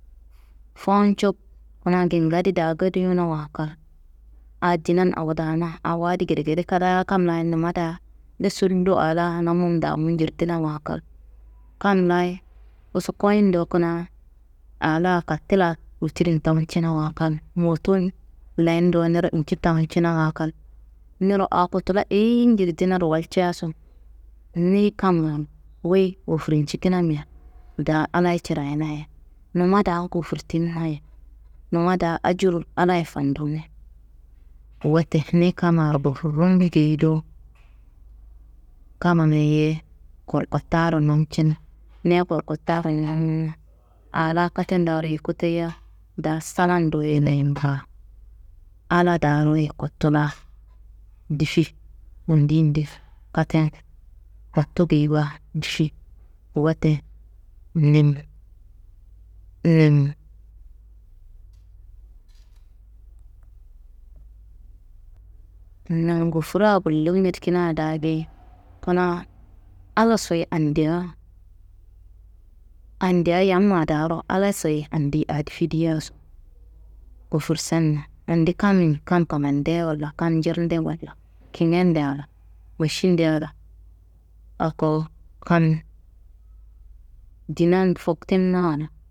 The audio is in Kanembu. Fowonco kuna kingadi daa gadiyonawa kal, aa dinan awo daana awo adi gedegede kadaa. Kam laayi numma daa desullo aa laa namum damu njirdinawa kal, kam laayi usu koyin dowo kuna aa laa katila wotirri n tawuncinawa kal, moto n leyin dowo niro inci tawuncinawa kal, niro aa kotula eyiyi njirdinaro walcaso, niyi kam laan wuyi gofurcikinamia daa Allahayi cirayina ye, numma daa ngofurtiminaye, numma daa ajur Allahaye fandumiye. Wote niyi kammaro gofurumina geyi dowo, kammana yeyi koworkottaro namcin, ni- ye koworkottaro namina aa laa katendaaro yuko toya daa salandoye leyin ba, Allah daaro ye kotula difi. Nondi yindi katten kottu geyiwa difi. Wote nin, nin, ningofuraa gullu njedikina daa geyi. Kuna Allahasoyi andia, andia yamma daaro Allahasoyi andi aa difi diyaso gofursanna, andi kammi kam kamandeya walla, kam njirnde walla, kingende alla, mašinde alla, akowo kam dinan foktina alla.